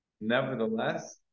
nevertheless